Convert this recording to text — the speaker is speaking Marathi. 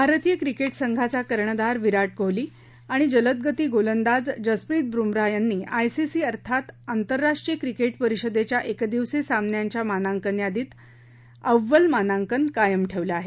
भारतीय क्रिकेट संघाचा कर्णधार विराट कोहली आणि जलदगती गोलंदाज जसप्रित बुमरा यांनी आयसीसी अर्थात आंतरराष्ट्रीय क्रिकेट परिषदेच्या एकदिवसीय सामन्यांच्या मानांकन यादीत अव्वल मानांकन कायम ठेवलं आहे